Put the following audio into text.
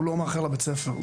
הוא לא מאחר לבית ספר.